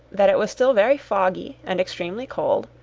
that it was still very foggy and extremely cold,